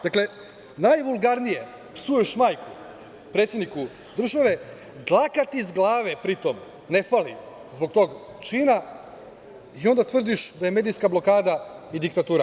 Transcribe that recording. Dakle, najvulgarnije psuješ majku predsedniku države, dlaka ti s glave pri tom ne fali zbog tog čina i onda tvrdiš da je medijska blokada i diktatura.